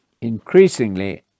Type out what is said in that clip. increasingly